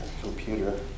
computer